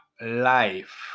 Life